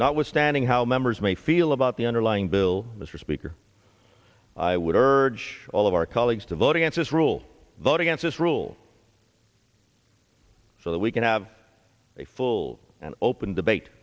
notwithstanding how members may feel about the underlying bill mr speaker i would urge all of our colleagues to vote against this rule vote against this rule so that we can have a full and open debate